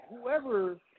Whoever –